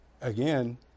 Again